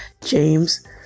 James